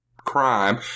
crime